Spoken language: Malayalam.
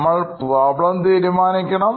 നമ്മൾ പ്രോബ്ലം തീരുമാനിക്കണം